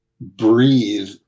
breathe